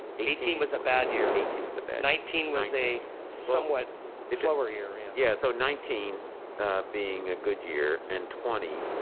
eighteen was a bad year. eighteen was a bad year. nineteen was a somewhat slower year. yeah yeah. so nineteen being a good year and twenty.